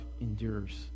endures